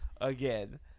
again